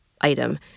item